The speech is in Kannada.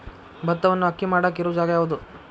ಭತ್ತವನ್ನು ಅಕ್ಕಿ ಮಾಡಾಕ ಇರು ಜಾಗ ಯಾವುದು?